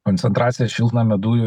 koncentracija šiltnamio dujų